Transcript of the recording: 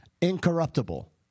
Incorruptible